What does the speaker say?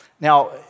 Now